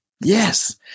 Yes